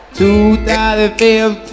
2015